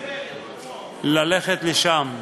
לעבור לשם.